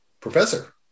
Professor